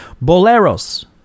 Boleros